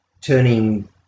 Turning